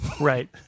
right